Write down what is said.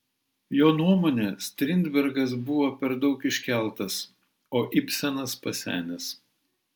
jo nuomone strindbergas buvo per daug iškeltas o ibsenas pasenęs